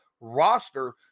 roster